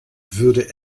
würde